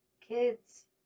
kids